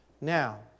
Now